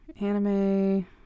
Anime